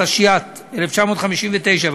התשי"ט 1959,